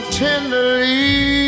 tenderly